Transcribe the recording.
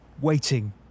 waiting